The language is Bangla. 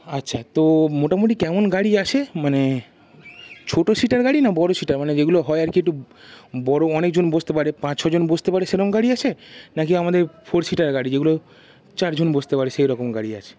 আচ্ছা তো মোটামুটি কেমন গাড়ি আছে মানে ছোট সিটের গাড়ি না বড় সিটার মানে যেগুলো হয় আর কি একটু বড় অনেকজন বসতে পারে পাঁচ ছজন বসতে পারে সেরম গাড়ি আছে নাকি আমাদের ফোর সিটার গাড়ি যেগুলো চারজন বসতে পারে সেই রকম গাড়ি আছে